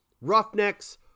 Roughnecks